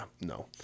no